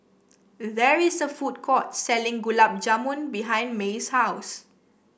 there is a food court selling Gulab Jamun behind Maye's house